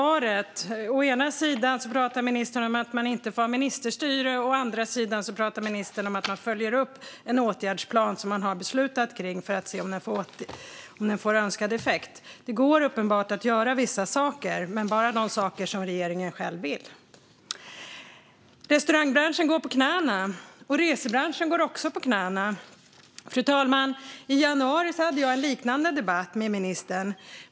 Fru talman! Tack, ministern, för svaret! Ministern säger å ena sidan att man inte får ha ministerstyre och å andra sidan att man följer upp en åtgärdsplan som man har beslutat om för att se om den får önskad effekt. Det går uppenbart att göra vissa saker, men bara de saker som regeringen själv vill. Restaurangbranschen går på knäna och resebranschen likaså. I januari hade jag en liknande debatt med ministern.